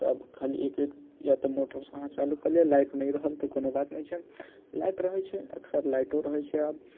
तऽ खाली एक या तऽ मोटरसँ अहाँ चालू कऽ लिऽ लाइट नहि रहल तऽ कोनो बात नहि छै लाइट रहै छै अक्सर लाइटो रहै छै आब